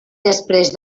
després